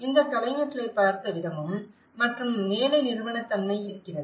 இந்த கலைஞர்களைப் பார்த்த விதமும் மற்றும் வேலை நிறுவனதன்மை இருக்கிறது